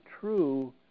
true